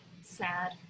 sad